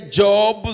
job